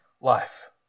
life